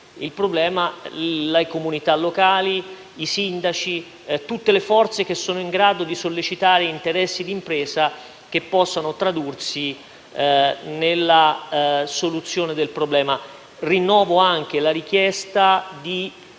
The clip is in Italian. il problema le comunità locali, i sindaci e tutte le forze che sono in grado di sollecitare interessi di impresa che possano tradursi nella soluzione del problema. Rinnovo anche la richiesta di